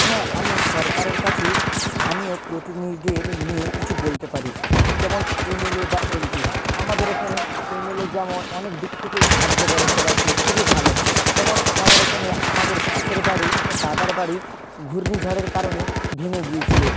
হ্যাঁ আমি সরকারের কাছে স্থানীয় প্রতিনিধিদের নিয়ে কিছু বলতে পারি যেমন এমএলএ বা এমপি আমাদের এখানে এমএলএ যেমন অনেক দিক থেকেই সাহায্য করে সবাইকে খুবই ভালো যেমন আমাদের এখানে আমাদের পাশের বাড়ি একটা দাদার বাড়ি ঘূর্ণি ঝড়ের কারণে ভেঙে গিয়েছিলো